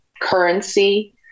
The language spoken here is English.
currency